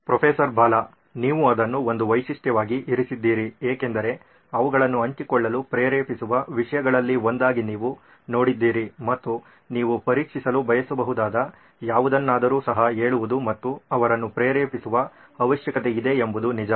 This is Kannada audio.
ಪ್ರೊಫೆಸರ್ ಬಾಲಾ ನೀವು ಅದನ್ನು ಒಂದು ವೈಶಿಷ್ಟ್ಯವಾಗಿ ಇರಿಸಿದ್ದೀರಿ ಏಕೆಂದರೆ ಅವುಗಳನ್ನು ಹಂಚಿಕೊಳ್ಳಲು ಪ್ರೇರೇಪಿಸುವ ವಿಷಯಗಳಲ್ಲಿ ಒಂದಾಗಿ ನೀವು ನೋಡಿದ್ದೀರಿ ಮತ್ತು ನೀವು ಪರೀಕ್ಷಿಸಲು ಬಯಸಬಹುದಾದ ಯಾವುದನ್ನಾದರೂ ಸಹ ಹೇಳುವುದು ಮತ್ತು ಅವರನ್ನು ಪ್ರೇರೇಪಿಸುವ ಅವಶ್ಯಕತೆಯಿದೆ ಎಂಬುದು ನಿಜ